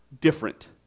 different